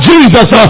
Jesus